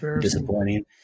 disappointing